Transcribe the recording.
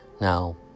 Now